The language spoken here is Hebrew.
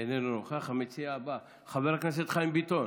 אינו נוכח, המציע הבא, חבר הכנסת חיים ביטון,